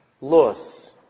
loss